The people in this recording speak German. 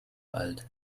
alt